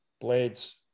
Blades